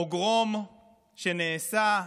פוגרום שנעשה,